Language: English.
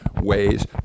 ways